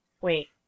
Wait